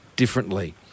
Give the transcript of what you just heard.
differently